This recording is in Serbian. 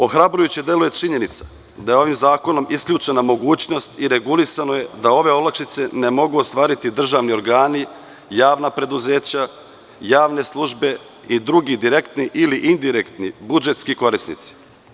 Ohrabrujuće deluje činjenica da je ovim zakonom isključena mogućnost i regulisano je da ove olakšice ne mogu ostvariti državni organi, javna preduzeća, javne službe i drugi direktni ili indirektni budžetski korisnici.